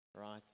Right